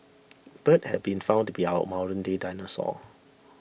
birds have been found to be our modernday dinosaurs